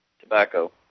tobacco